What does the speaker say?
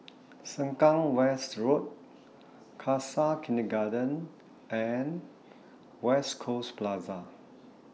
Sengkang West Road Khalsa Kindergarten and West Coast Plaza